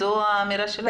זו האמירה שלך?